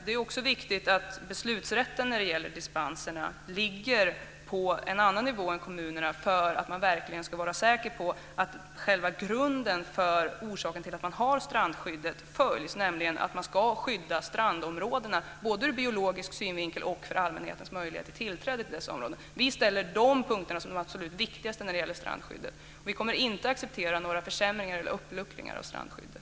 Det är också viktigt att beslutsrätten i fråga om dispenser ligger på en annan nivå än hos kommunerna för att man verkligen ska vara säker på att syftet med strandskyddet följs, nämligen att strandområden ska skyddas både ur biologisk synvinkel och för allmänhetens möjligheter till tillträde till dessa områden. Vi ser dessa punkter som de absolut viktigaste när det gäller strandskyddet, och vi kommer inte att acceptera några försämringar eller uppluckringar av strandskyddet.